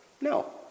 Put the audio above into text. No